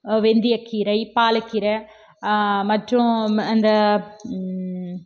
வெந்தய கீரை பாலக் கீரை மற்றும் அந்த